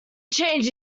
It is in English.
change